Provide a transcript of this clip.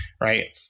right